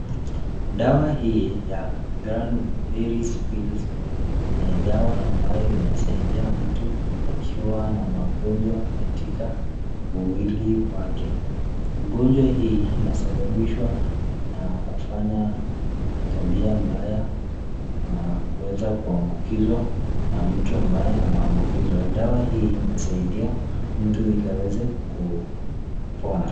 Dawa hii ya Granberry Pills, ni dawa ambayo inasaidia mtu akiwa na magonjwa katika mwili wake. Ugonjwa hii inasababishwa na kufanya tabia mbaya na kuweza kuambukizwa na mtu ambaye ameambukizwa, dawa hii inasaidia mtu ili aweze kupona.